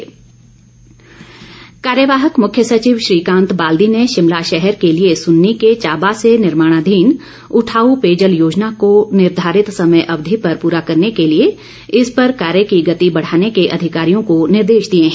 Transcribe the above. समीक्षा कार्यवाहक मुख्य सचिव श्रीकांत बाल्दी ने शिमला शहर के लिए सुन्नी के चाबा से निर्माणाधीन उठाऊ पेयजल योजना को निर्धारित समय अवधि पर पूरा करने के लिए इस पर कार्य की गति बढ़ाने के अधिकारियों को निर्देश दिए हैं